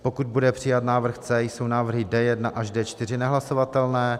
pokud bude přijat návrh C, jsou návrhy D1 až D4 nehlasovatelné